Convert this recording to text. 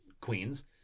queens